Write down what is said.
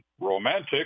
Romantic